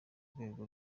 rwego